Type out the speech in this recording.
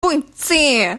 bwyty